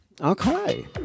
Okay